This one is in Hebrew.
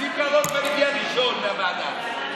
מי שקרוב כבר הגיע ראשון מהוועדה.